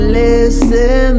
listen